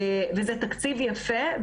זה תקציב יפה,